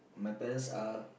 my parents are